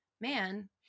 man